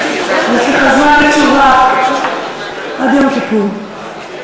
יש לך זמן לתשובה, עד יום כיפור.